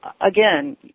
again